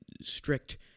strict